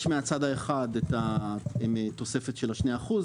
יש מהצד האחד את התוספת של השני אחוז,